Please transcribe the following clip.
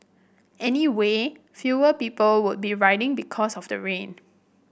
anyway fewer people would be riding because of the rain